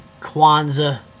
Kwanzaa